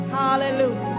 hallelujah